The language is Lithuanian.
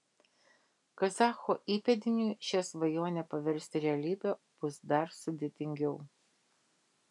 kazacho įpėdiniui šią svajonę paversti realybe bus dar sudėtingiau